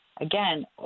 again